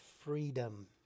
freedom